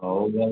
ହଉ ଭାଇ